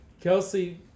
Kelsey